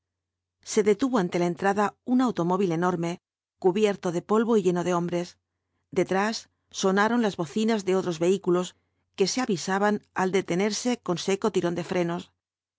se detuvo ante la entrada un automóvil enorme cubierto de polvo y lleno de hombres detrás sonaron las bocinas de otros vehículos que se avisaban al detenerse con seco tirón de frenos